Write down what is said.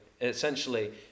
essentially